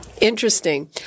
Interesting